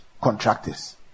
contractors